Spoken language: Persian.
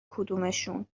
کدومشون